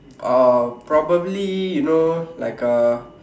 uh probably you know like uh